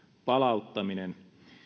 palauttaminen